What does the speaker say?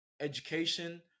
education